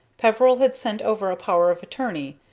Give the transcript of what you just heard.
peveril had sent over a power of attorney,